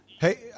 Hey